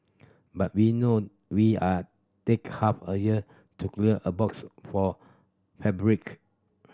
but we know we are take half a year to clear a box for